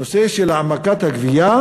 נושא של העמקת הגבייה